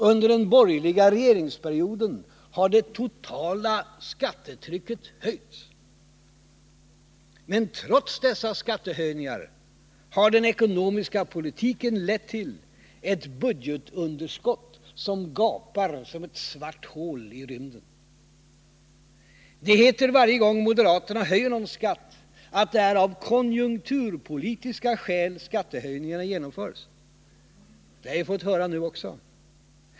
Under den borgerliga regeringsperioden har det totala skattetrycket höjts. Men trots dessa skattehöjningar har den ekonomiska politiken lett till ett budgetunderskott, som gapar som ett svart hål i rymden. Det heter varje gång moderaterna höjer någon skatt att det är av konjunkturpolitiska skäl skattehöjningarna genomförs. Det har vi fått höra nu också.